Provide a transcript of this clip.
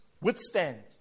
withstand